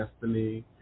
destiny